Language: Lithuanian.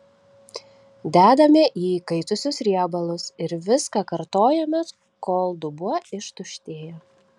dedame į įkaitusius riebalus ir viską kartojame kol dubuo ištuštėja